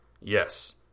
Yes